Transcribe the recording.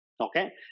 Okay